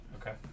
Okay